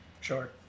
Sure